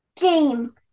Game